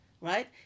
right